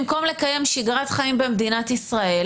במקום לקיים שגרת חיים במדינת ישראל,